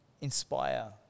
inspire